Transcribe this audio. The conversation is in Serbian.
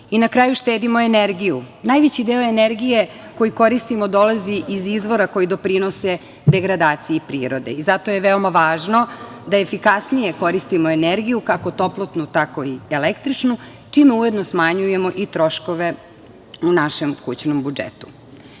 na kraju štedimo energiju. Najveći deo energije koji koristimo dolazi iz izvora koji doprinose degradaciji prirode i zato je veoma važno da efikasnije koristimo energiju kako toplotnu, tako i električnu, čime ujedno smanjujemo i troškove u našem kućnom